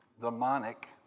demonic